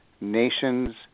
nations